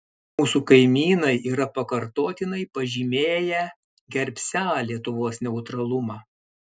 mūsų kaimynai yra pakartotinai pažymėję gerbsią lietuvos neutralumą